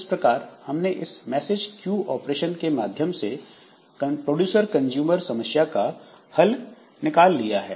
इस प्रकार हमने इस मैसेज क्यू के माध्यम से प्रोड्यूसर कंज्यूमर समस्या का हल निकाल लिया है